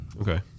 Okay